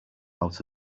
out